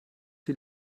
die